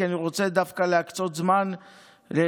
כי אני רוצה דווקא להקצות זמן להתדיינות